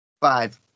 Five